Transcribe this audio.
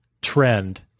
trend